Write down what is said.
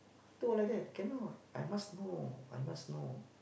no like that cannot I must know I must know